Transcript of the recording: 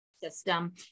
system